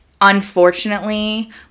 unfortunately